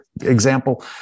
example